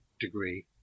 degree